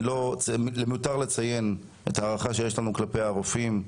מיותר לציין את ההערכה שיש לנו כלפי הרופאים,